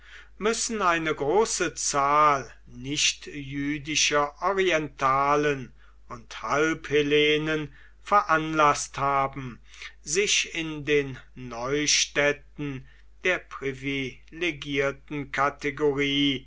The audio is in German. müssen eine große zahl nichtjüdischer orientalen und halbhellenen veranlaßt haben sich in den neustädten der privilegierten kategorie